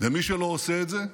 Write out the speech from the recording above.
ומי שלא עושה את זה,